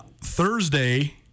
Thursday